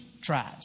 tries